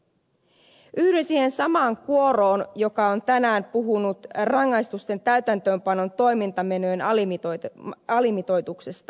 yhdyn siihen samaan kuoroon joka on tänään puhunut rangaistusten täytäntöönpanon toimintamenojen alimitoituksesta